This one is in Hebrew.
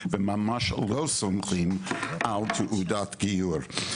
וממש לא סומכים על תעודת גיור.